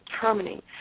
determining